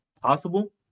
possible